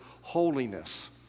holiness